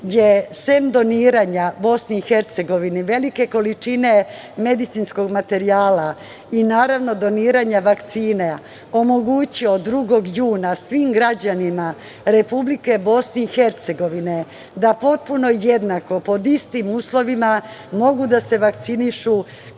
je sem doniranja BiH, velike količine medicinskog materijala i naravno doniranja vakcina, omogućio 2. juna svim građanima Republike BiH, potpuno jednako pod istim uslovima, mogu da se vakcinišu